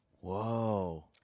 Whoa